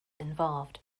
involved